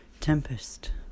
Tempest